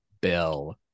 Bill